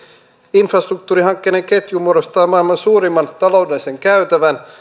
infrastruktuurihankkeiden ketju muodostaa maailman suurimman taloudellisen käytävän